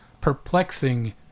perplexing